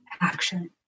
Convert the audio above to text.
action